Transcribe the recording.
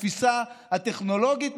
מפני שיש להם את התפיסה הטכנולוגית,